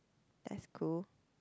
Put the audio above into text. that's cool